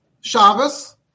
Shabbos